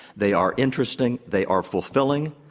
they are interesting, they are fulfilling,